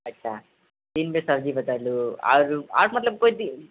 अच्छा तीन बेर सब्जी आर आर मतलब कोई दी